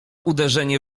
uderzenie